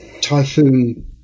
typhoon